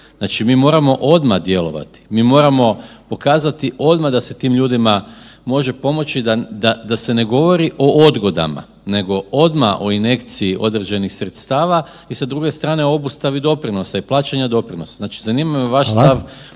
Znači mi moramo odmah djelovati, mi moramo pokazati odmah da se tim ljudima može pomoći da se ne govori o odgodama, nego odmah o injekciji određenih sredstava i sa druge strane obustavi doprinosa i plaćanja doprinosa. Znači zanima me vaš stav